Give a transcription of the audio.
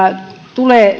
tulee